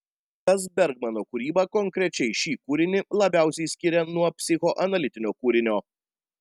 kas bergmano kūrybą konkrečiai šį kūrinį labiausiai skiria nuo psichoanalitinio kūrinio